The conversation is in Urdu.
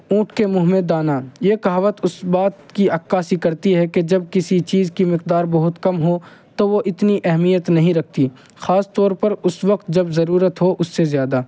اونٹ کے منہ میں دانہ یہ کہاوت اس بات کی عکاسی کرتی ہے کہ جب کسی چیز کی مقدار بہت کم ہو تو وہ اتنی اہمیت نہیں رکھتی خاص طور پر اس وقت جب ضرورت ہو اس سے زیادہ